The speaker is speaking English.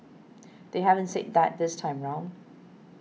they haven't said that this time round